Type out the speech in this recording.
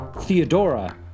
Theodora